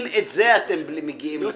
אם על זה אתם מגיעים לפה,